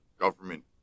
government